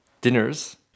dinners